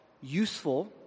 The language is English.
useful